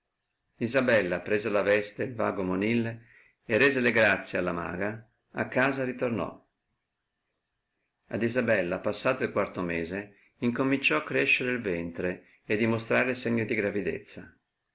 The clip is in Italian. isabella presa la veste e il vago monille e rese le grazie alla maga a casa ritornò ad isabella passato il quarto mese incominciò crescere il ventre e dimostrare segno di gravidezza il